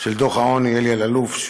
של דוח העוני, אלי אלאלוף.